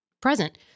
present